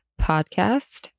podcast